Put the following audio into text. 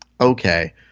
okay